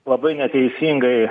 labai neteisingai